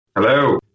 Hello